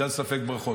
בגלל ספק ברכות.